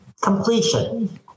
completion